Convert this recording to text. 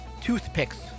toothpicks